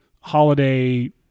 holiday